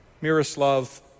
Miroslav